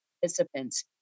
participants